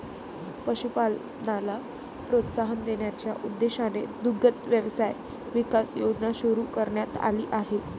पशुपालनाला प्रोत्साहन देण्याच्या उद्देशाने दुग्ध व्यवसाय विकास योजना सुरू करण्यात आली आहे